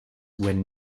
when